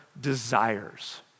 desires